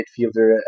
midfielder